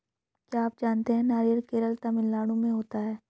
क्या आप जानते है नारियल केरल, तमिलनाडू में होता है?